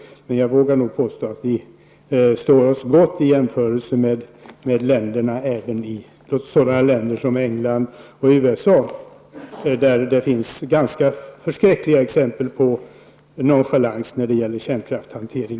Jag vågar påstå att vi står oss gott jämfört med länder som England och USA. Där finns förskräckliga exempel på nonchalans vad gäller kärnkraftshantering.